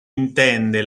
intende